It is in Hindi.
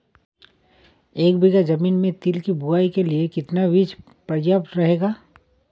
एक बीघा ज़मीन में तिल की बुआई के लिए कितना बीज प्रयाप्त रहेगा?